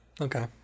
Okay